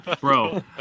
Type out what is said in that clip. Bro